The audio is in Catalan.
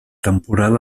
temporal